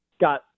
got